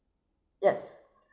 yes